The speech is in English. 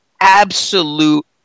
absolute